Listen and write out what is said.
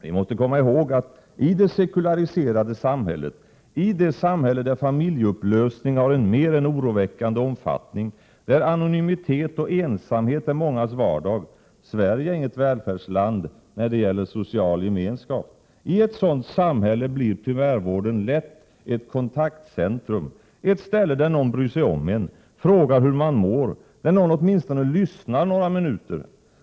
Vi måste komma ihåg att i det sekulariserade samhället, i det samhälle där familjeupplösning har en mer än oroväckande omfattning, där anonymitet och ensamhet är mångas vardag — Sverige är inget välfärdsland när det gäller social gemenskap — i ett sådant samhälle blir primärvården lätt ett kontaktcentrum, ett ställe där någon bryr sig om en, frågar hur man mår, där någon åtminstone lyssnar några minuter.